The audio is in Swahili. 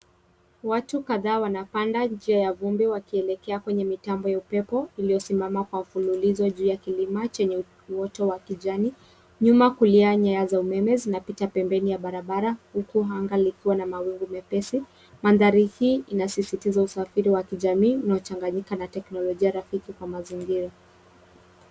Watu kadhaa wanapanda njia ya vumbi wakielekea kwenye mitambo ya upepo iliyosimama kwa mfululizo juu ya kilima chenye uoto wa kijani. Nyuma kulia nyaya za umeme zinapita pembeni ya barabara huku anga likiwa na mawingu mepesi. Mandhari hii inasisitiza usafiri wa kijamii unaochanganyika na teknolojia rafiki kwa mazingira.